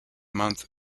month